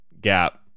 gap